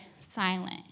silent